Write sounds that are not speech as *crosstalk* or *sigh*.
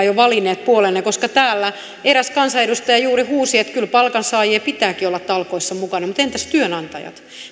*unintelligible* jo valinneet puolenne koska täällä eräs kansanedustaja juuri huusi että kyllä palkansaajien pitääkin olla talkoissa mukana mutta entäs työnantajat